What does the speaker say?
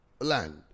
land